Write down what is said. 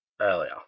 earlier